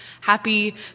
happy